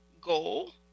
goal